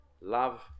love